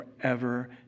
forever